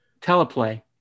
teleplay